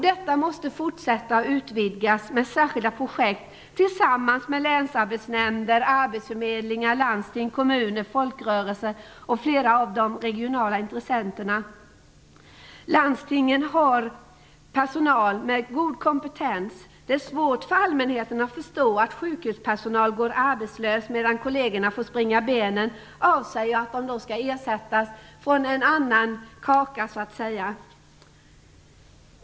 Detta måste fortsätta och utvidgas med särskilda projekt tillsammans med länsarbetsnämnder, arbetsförmedlingar, landsting, kommuner, folkrörelser och flera av de regionala intressenterna. Landstingen har personal med god kompetens. Det är svårt för allmänheten att förstå att sjukvårdspersonal går arbetslös medan kollegerna får springa benen av sig och att de då skall ersättas från en annan kaka, så att säga.